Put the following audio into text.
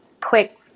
quick